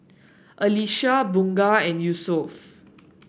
Alyssa Bunga and Yusuf